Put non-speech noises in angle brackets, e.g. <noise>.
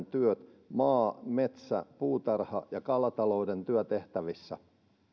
<unintelligible> työt maa metsä puutarha ja kalatalouden työtehtävissä